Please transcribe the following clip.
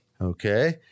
Okay